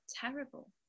terrible